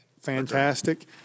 fantastic